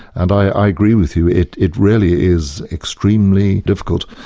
and i agree with you, it it really is extremely difficult.